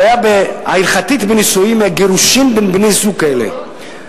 הבעיה ההלכתית בנישואים היא הגירושים בין בני-זוג כאלה.